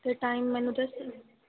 ਅਤੇ ਟਾਈਮ ਮੈਨੂੰ ਦੱਸ